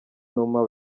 numa